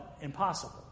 impossible